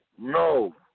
No